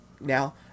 now